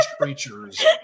creatures